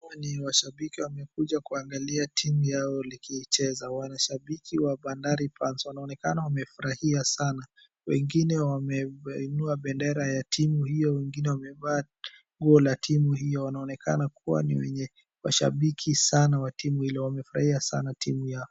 Hao ni washabiki wamekuja kuangalia timu yao likicheza. Wanashabiki wa Bandari Fans, wanaonekana wamefurahia sana. Wengine wameinua bendera ya timu hio, wengine wamevaa nguo la timu hio, wanaonekana kuwa ni wenye washabiki sana wa timu hilo, wamefurahia sana timu yao.